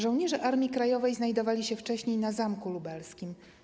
Żołnierze Armii Krajowej znajdowali się wcześniej na Zamku Lubelskim.